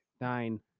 Nine